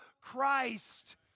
Christ